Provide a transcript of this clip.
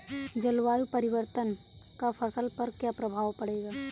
जलवायु परिवर्तन का फसल पर क्या प्रभाव पड़ेगा?